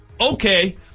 Okay